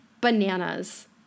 bananas